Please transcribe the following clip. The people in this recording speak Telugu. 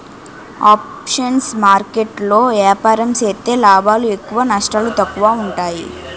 ఆప్షన్స్ మార్కెట్ లో ఏపారం సేత్తే లాభాలు ఎక్కువ నష్టాలు తక్కువ ఉంటాయి